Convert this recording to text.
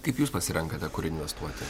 kaip jūs pasirenkate kur investuoti